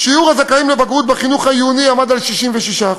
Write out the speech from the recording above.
שיעור הזכאים לבגרות בחינוך העיוני עמד על 66%,